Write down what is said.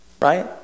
right